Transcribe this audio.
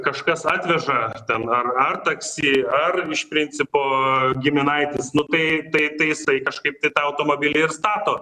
kažkas atveža ten ar ar taksi ar iš principo giminaitis nu tai tai jisai kažkaip tai tą automobilį ir stato